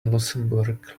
luxembourg